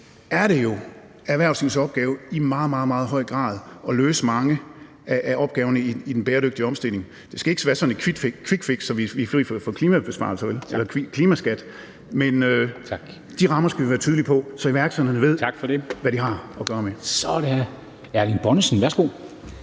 grad erhvervslivets opgave at løse mange af opgaverne i den bæredygtige omstilling. Det skal ikke være sådan et quickfix, så vi er fri for klimaskat, vel? Men de rammer skal vi være tydelige på, så iværksætterne ved, hvad de har at gøre med. Kl. 19:20 Formanden (Henrik